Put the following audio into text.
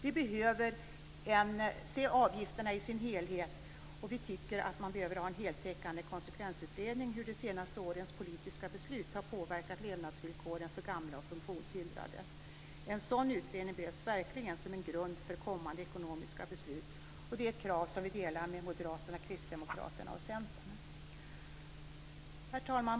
Vi behöver se avgifterna som en helhet, och vi tycker att det behövs en heltäckande konsekvensutredning av hur de senaste årens politiska beslut har påverkat levnadsvillkoren för gamla och funktionshindrade. En sådan utredning behövs verkligen som en grund för kommande ekonomiska beslut. Det är ett krav som vi delar med Moderaterna, Kristdemokraterna och Centern. Herr talman!